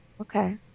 Okay